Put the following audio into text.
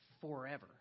forever